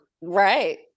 Right